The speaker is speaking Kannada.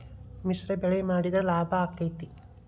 ಮಿಶ್ರ ಬೆಳಿ ಮಾಡಿದ್ರ ಲಾಭ ಆಕ್ಕೆತಿ?